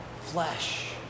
flesh